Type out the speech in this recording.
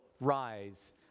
rise